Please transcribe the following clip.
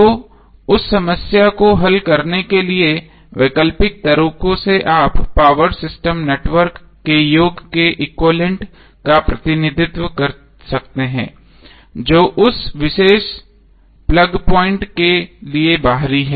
तो उस समस्या को हल करने के लिए वैकल्पिक तरीकों से आप पावर सिस्टम नेटवर्क के योग के एक्विवैलेन्ट का प्रतिनिधित्व कर सकते हैं जो उस विशेष प्लग पॉइंट के लिए बाहरी है